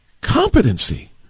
Competency